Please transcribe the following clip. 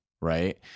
Right